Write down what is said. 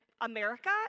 America